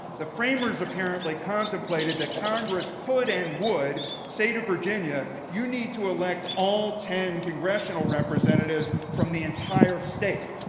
the framers apparently contemplated that congress could and would say to virginia, you need to elect all ten congressional representatives from the entire state.